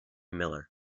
miller